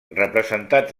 representats